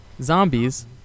Zombies